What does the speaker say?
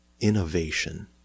innovation